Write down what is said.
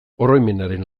oroimenaren